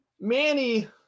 Manny